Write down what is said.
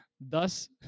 Thus